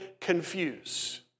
confuse